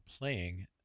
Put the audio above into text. playing